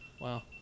Wow